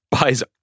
buys